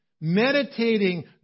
meditating